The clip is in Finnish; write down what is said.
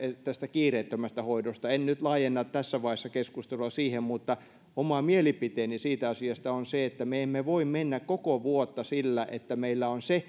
kiireettömästä hoidosta en nyt laajenna tässä vaiheessa keskustelua siihen mutta oma mielipiteeni siitä asiasta on se että me emme voi mennä koko vuotta sillä että meillä on se